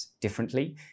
differently